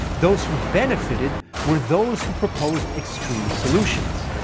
those who benefitted were those who proposed extreme solutions,